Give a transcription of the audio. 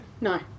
No